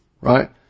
right